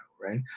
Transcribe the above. Right